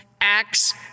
Acts